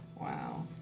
Wow